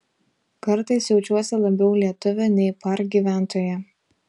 kartais jaučiuosi labiau lietuvė nei par gyventoja